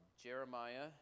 Jeremiah